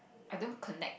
I don't connect